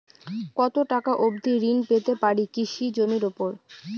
কত টাকা অবধি ঋণ পেতে পারি কৃষি জমির উপর?